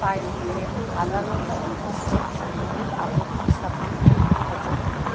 ᱛᱟᱭᱚᱢᱛᱮ ᱟᱫᱟᱞᱚᱛ ᱟᱜ ᱦᱩᱠᱩᱢ ᱛᱮ ᱜᱩᱜᱚᱞ ᱟᱯᱛᱛᱤ ᱥᱟᱛᱟᱢ ᱠᱚ ᱚᱪᱚᱜ ᱞᱮᱫᱟ